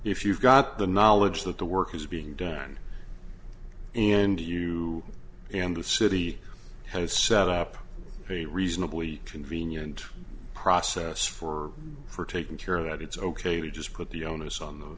if you've got the knowledge that the work is being done and you and the city have set up a reasonably convenient process for for taking care of that it's ok to just put the onus on the